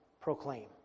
proclaim